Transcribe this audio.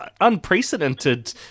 unprecedented